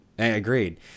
Agreed